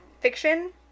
fiction